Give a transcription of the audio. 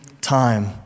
time